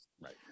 Right